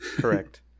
correct